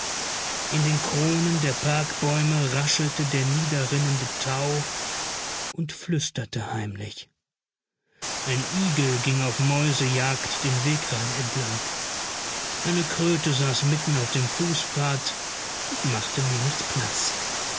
in den kronen der parkbäume raschelte der niederrinnende tau und flüsterte heimlich ein igel ging auf die mäusejagd den wegrain entlang eine kröte saß mitten auf dem fußpfad und machte mir nicht platz